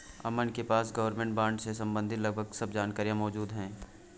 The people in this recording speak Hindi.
अमन के पास गवर्मेंट बॉन्ड से सम्बंधित लगभग सब जानकारी मौजूद है